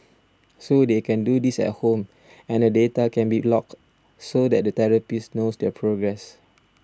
so they can do this at home and the data can be logged so that the therapist knows their progress